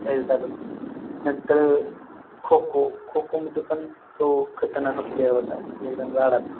ह्याच्यात आलो नंतर खो खो खो खोमध्ये पण तो खतरनाक प्लेयर होता एकदम राडाच